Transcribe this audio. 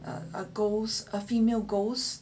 a ghost a female ghost